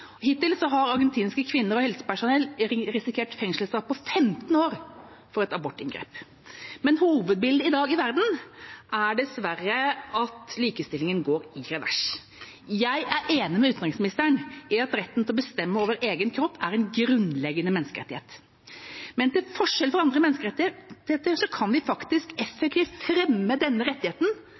Hittil har argentinske kvinner og helsepersonell risikert fengselsstraff på 15 år for et abortinngrep. Men hovedbildet i verden i dag er dessverre at likestillingen går i revers. Jeg er enig med utenriksministeren i at retten til å bestemme over egen kropp er en grunnleggende menneskerettighet. Men til forskjell fra andre menneskerettigheter kan vi faktisk fremme denne rettigheten